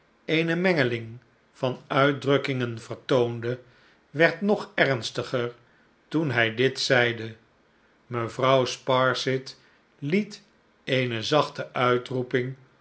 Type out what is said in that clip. eene mengeling van uitdrukkingen vertoonde werd nog ernstiger toen hij dit zeide mevrouw sparsit liet eene zachte